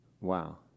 Wow